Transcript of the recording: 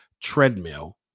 treadmill